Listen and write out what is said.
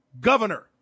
governor